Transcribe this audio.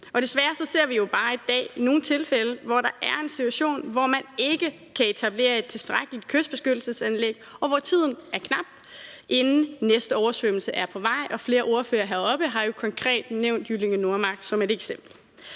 Desværre ser vi jo bare i dag i nogle tilfælde, at der er den situation, at man ikke kan etablere et tilstrækkeligt kystbeskyttelsesanlæg, og hvor tiden er knap, inden næste oversvømmelse er på vej. Flere ordførere har konkret nævnt Jyllinge Nordmark som et eksempel.